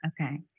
Okay